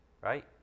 right